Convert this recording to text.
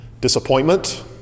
disappointment